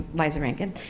eliza rankin.